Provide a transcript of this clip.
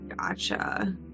Gotcha